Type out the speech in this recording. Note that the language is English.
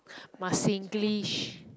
must singlish